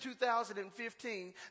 2015